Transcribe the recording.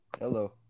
Hello